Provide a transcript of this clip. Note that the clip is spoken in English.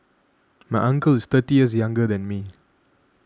my uncle is thirty years younger than me